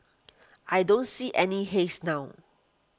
I don't see any haze now